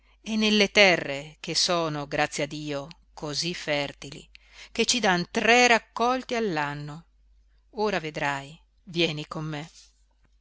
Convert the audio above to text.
e nelle terre che sono grazie a dio cosí fertili che ci dàn tre raccolti all'anno ora vedrai vieni con me